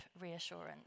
reassurance